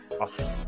Awesome